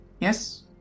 Yes